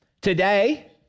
Today